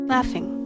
Laughing